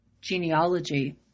genealogy